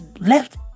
left